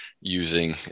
using